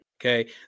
okay